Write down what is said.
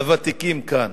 הוותיקים כאן: